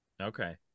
Okay